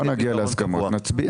אם לא נגיע להסכמות, נצביע.